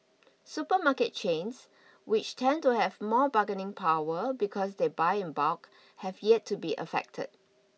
supermarket chains which tend to have more bargaining power because they buy in bulk have yet to be affected